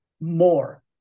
more